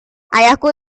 ayahku